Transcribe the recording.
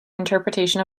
interpretation